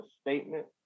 statement